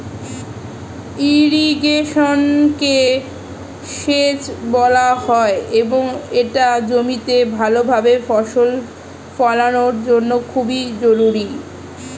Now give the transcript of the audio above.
ইরিগেশনকে সেচ বলা হয় এবং এটা জমিতে ভালোভাবে ফসল ফলানোর জন্য খুবই জরুরি